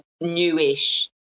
newish